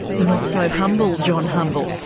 the not so humble john humble.